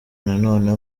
nanone